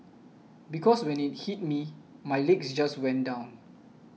because when it hit me my legs just went down